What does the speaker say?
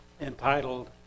entitled